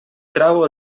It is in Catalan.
trau